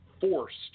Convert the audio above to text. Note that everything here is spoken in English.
forced